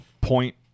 point